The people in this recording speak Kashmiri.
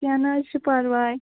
کیٚنٛہہ نہَ حظ چھُ پَرواے